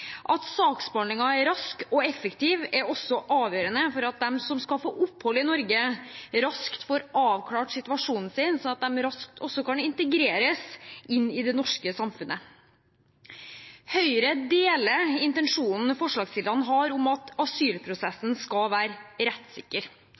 At saksbehandlingen er rask og effektiv, er også avgjørende for at de som skal få opphold i Norge, raskt får avklart situasjonen sin, slik at de raskt også kan integreres inn i det norske samfunnet. Høyre deler intensjonen forslagsstillerne har om at